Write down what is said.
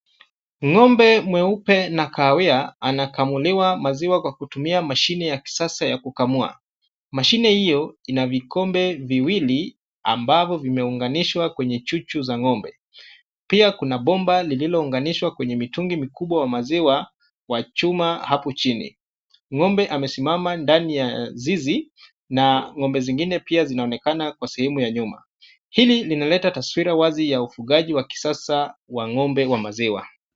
Ng'ombe mweupe na kahawia anakamuliwa maziwa kwa kutumia mashini ya kisasa ya kukamua. Mashini hiyo ina vikombe viwili ambavyo vimeunganishwa kwenye chuchu za ng'ombe. Pia kuna bomba lililounganishwa kwenye mitungi mikubwa wa maziwa wa chuma hapo chini. Ng'ombe amesimama ndani ya zizi na ng'ombe zingine pia zinaonekana kwa sehemu ya nyuma. Hili linaleta taswira wazi ya ufugaji wa kisasa wa ng'ombe wa maziwa.